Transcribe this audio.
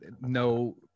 no